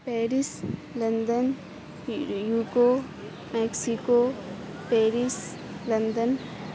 Paris London UK Mexico Paris London